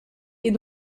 est